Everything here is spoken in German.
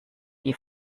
die